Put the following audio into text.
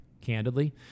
candidly